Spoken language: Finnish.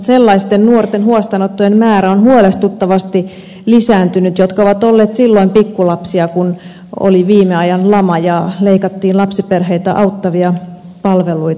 sellaisten nuorten huostaanottojen määrä on huolestuttavasti lisääntynyt jotka ovat olleet silloin pikkulapsia kun oli viime ajan lama ja leikattiin lapsiperheitä auttavia palveluita